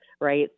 right